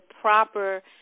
proper